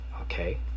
Okay